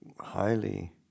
highly